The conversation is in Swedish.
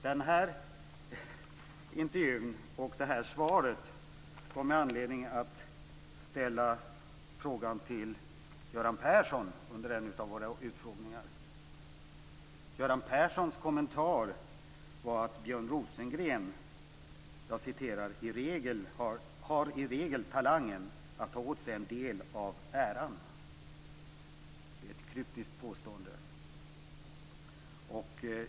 Den här intervjun och det här svaret gav mig anledning att ställa frågan till Göran Persson under en av våra utfrågningar. Göran Perssons kommentar var: "Björn Rosengren har i regel talangen att ta åt sig en del av äran." Det är ett kryptiskt påstående.